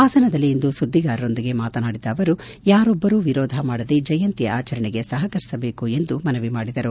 ಹಾಸನದಲ್ಲಿಂದು ಸುದ್ದಿಗಾರರೊಂದಿಗೆ ಮಾತನಾಡಿದ ಅವರು ಯಾರೊಬ್ಬರೂ ವಿರೋಧ ಮಾಡದೆ ಜಯಂತಿಯ ಆಚರಣೆಗೆ ಸಹಕರಿಸಬೇಕು ಎಂದು ಮನವಿ ಮಾಡಿದರು